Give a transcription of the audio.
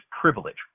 privilege